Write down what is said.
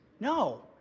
No